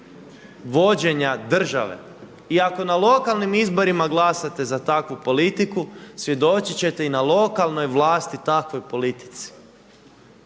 vođenja države. I ako na lokalnim izborima glasate za takvu politiku svjedočit ćete i na lokalnoj vlasti takvoj politici.